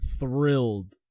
thrilled